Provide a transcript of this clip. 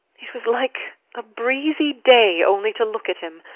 it was like a breezy day only to look at him.